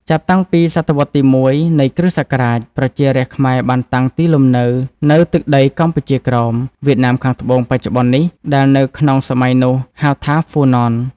ចាប់តាំងពីសតវត្សរ៍ ទី១ នៃគ្រឹស្តសករាជ ប្រជារាស្ត្រខ្មែរបានតាំងទីលំនៅ នៅទឹកដីកម្ពុជាក្រោម វៀតណាមខាងត្បូង បច្ចុប្បន្ននេះ ដែលនៅក្នុងសម័យនោះ ហៅថា ហ៊្វូណន ។